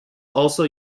also